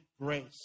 grace